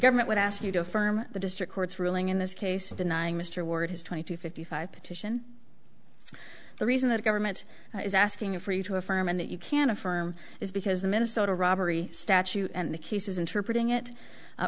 government would ask you to affirm the district court's ruling in this case denying mr ward his twenty to fifty five petition the reason that government is asking for you to affirm and that you can affirm is because the minnesota robbery statute and the cases interpreting it